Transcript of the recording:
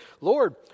Lord